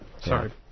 Sorry